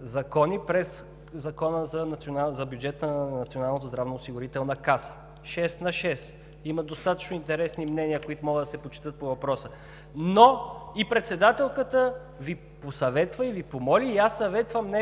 закони през Закона за бюджета на Националната здравноосигурителна каса. Шест на шест – има достатъчно интересни мнения, които могат да се прочетат по въпроса. Председателката Ви посъветва и помоли, а аз съветвам не